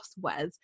Wes